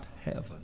heaven